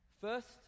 First